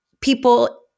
people